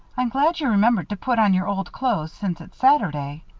i'm glad you remembered to put on your old clothes, since it's saturday.